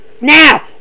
Now